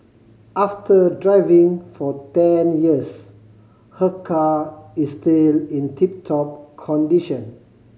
after driving for ten years her car is still in tip top condition